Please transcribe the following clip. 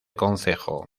concejo